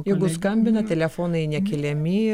jeigu skambina telefonai nekeliami